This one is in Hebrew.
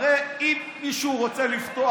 הרי אם מישהו רוצה לפתוח?